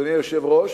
אדוני היושב-ראש?